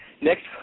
Next